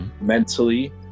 mentally